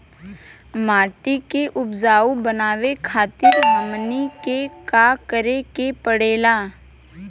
माटी के उपजाऊ बनावे खातिर हमनी के का करें के पढ़ेला?